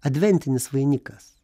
adventinis vainikas